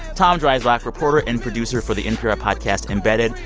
tom dreisbach, reporter and producer for the npr podcast embedded.